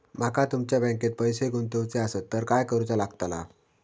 माका तुमच्या बँकेत पैसे गुंतवूचे आसत तर काय कारुचा लगतला?